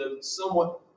somewhat